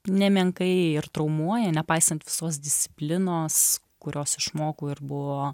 nemenkai ir traumuoja nepaisant visos disciplinos kurios išmokau ir buvo